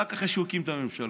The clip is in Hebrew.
רק אחרי שהוא הקים את הממשלה,